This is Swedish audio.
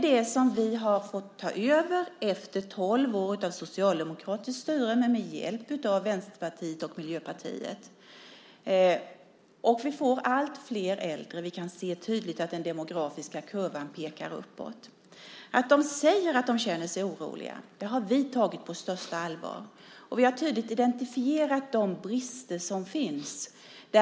Det har vi fått ta över efter tolv år av socialdemokratiskt styre med hjälp av Vänsterpartiet och Miljöpartiet. Vi får alltfler äldre. Vi kan se tydligt att den demografiska kurvan pekar uppåt. Att de säger att de känner sig oroliga har vi tagit på största allvar. Vi har tydligt identifierat de brister som finns.